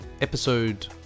episode